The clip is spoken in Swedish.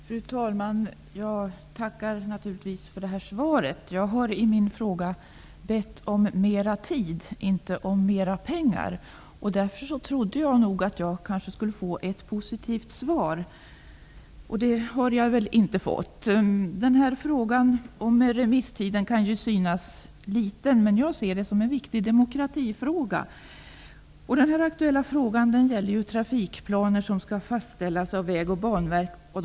Fru talman! Jag tackar naturligtvis för svaret. Jag har i min fråga bett om mer tid, inte om mer pengar. Därför trodde jag att jag skulle få ett positivt svar. Det har jag väl inte fått. Frågan om remisstid kan synas liten, men jag ser den som en viktig demokratifråga. Den aktuella frågan gäller trafikplaner som skall fastställas av Vägverket och Banverket.